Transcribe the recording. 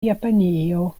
japanio